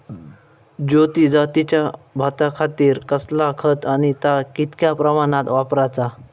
ज्योती जातीच्या भाताखातीर कसला खत आणि ता कितक्या प्रमाणात वापराचा?